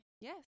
Yes